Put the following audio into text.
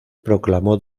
proclamó